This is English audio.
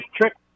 trick